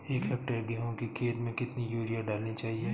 एक हेक्टेयर गेहूँ की खेत में कितनी यूरिया डालनी चाहिए?